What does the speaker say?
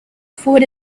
forward